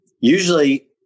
Usually